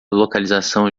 localização